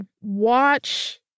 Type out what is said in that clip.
watch